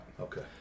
Okay